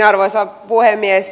arvoisa puhemies